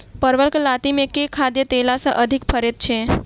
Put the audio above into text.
परवल केँ लाती मे केँ खाद्य देला सँ अधिक फरैत छै?